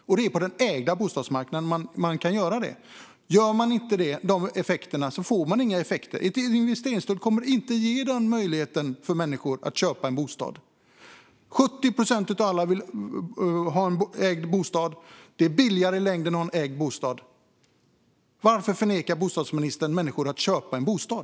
Och det kan man göra på den ägda bostadsmarknaden. Om det inte görs blir det inga effekter. Ett investeringsstöd kommer inte att ge människor möjligheten att köpa en bostad. 70 procent av alla vill ha en ägd bostad. Det är billigare i längden att ha en ägd bostad. Varför förnekar bostadsministern människor att köpa en bostad?